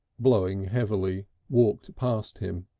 blowing heavily, walked past him,